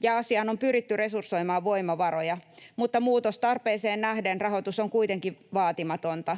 ja asiaan on pyritty resursoimaan voimavaroja, mutta muutostarpeeseen nähden rahoitus on kuitenkin vaatimatonta.